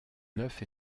neuf